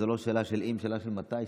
שזאת לא שאלה של האם אלא שאלה של מתי.